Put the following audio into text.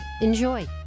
Enjoy